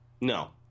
No